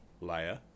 layer